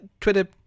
Twitter